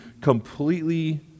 completely